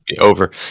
over